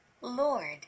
Lord